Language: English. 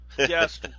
Yes